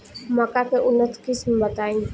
मक्का के उन्नत किस्म बताई?